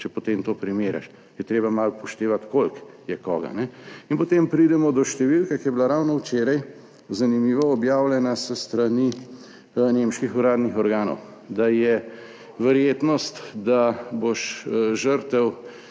če potem to primerjaš. Je treba malo upoštevati koliko je koga. In potem pridemo do številke, ki je bila ravno včeraj, zanimivo, objavljena s strani nemških uradnih organov, da je verjetnost, da boš žrtev,